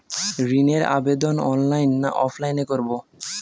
ঋণের আবেদন অনলাইন না অফলাইনে করব?